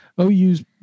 OU's